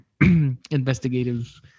investigative